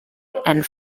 and